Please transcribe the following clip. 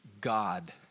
God